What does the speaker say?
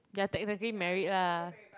they are technically married lah